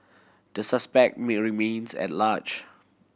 the suspect remains at large